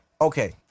Okay